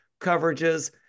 coverages